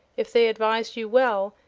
if they advised you well,